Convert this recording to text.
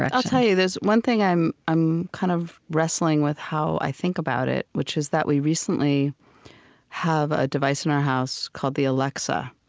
i'll tell you, there's one thing i'm i'm kind of wrestling with how i think about it, which is that we recently have a device in our house called the alexa.